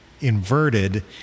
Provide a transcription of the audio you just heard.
inverted